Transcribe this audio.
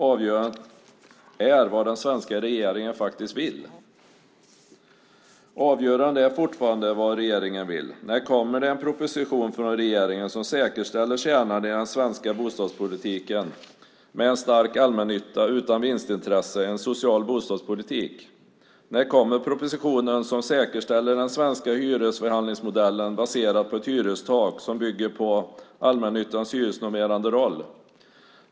Avgörande är vad den svenska regeringen faktiskt vill. Avgörande är fortfarande vad regeringen vill. När kommer det en proposition från regeringen som säkerställer kärnan i den svenska bostadspolitiken med en stark allmännytta utan vinstintresse, en social bostadspolitik? När kommer propositionen som säkerställer den svenska hyresförhandlingsmodellen baserad på ett hyrestak som bygger på allmännyttans hyresnormerande roll?